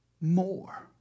more